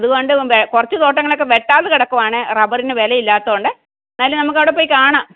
അതുകൊണ്ട് കുറച്ച് തോട്ടങ്ങളൊക്ക വെട്ടാതെ കിടക്കുകയാണ് റബ്ബറിന് വിലയില്ലാത്തതുകൊണ്ട് എന്നാലും നമുക്ക് അവിടെപ്പോയി കാണാം